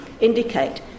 Indicate